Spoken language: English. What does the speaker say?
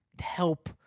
help